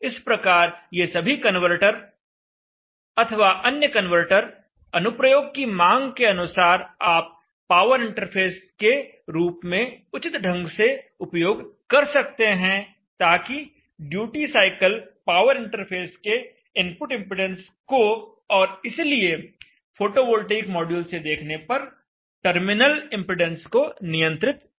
इस प्रकार ये सभी कनवर्टर अथवा अन्य कनवर्टर अनुप्रयोग की मांग के अनुसार आप पावर इंटरफ़ेस के रूप में उचित ढंग से उपयोग कर सकते हैं ताकि ड्यूटी साइकिल पावर इंटरफेस के इनपुट इंपेडेंस को और इसलिए फोटोवोल्टेइक मॉड्यूल से देखने पर टर्मिनल इंपेडेंस को नियंत्रित कर सके